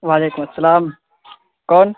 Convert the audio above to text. وعلیکم السلام کون